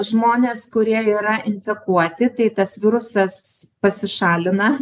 žmonės kurie yra infekuoti tai tas virusas pasišalina